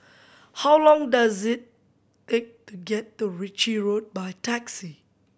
how long does it take to get to Ritchie Road by taxi